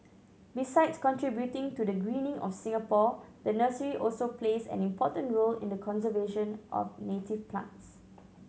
besides contributing to the greening of Singapore the nursery also plays an important role in the conservation of native plants